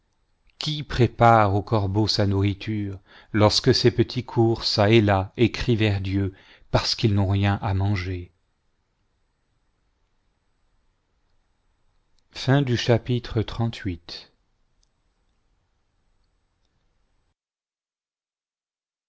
qui prépare au corbeau sa nourliture lorsque ses petits courent çà et là et crient vers dieu parce qu'ils n'ont rien à manger chapitre